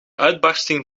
uitbarsting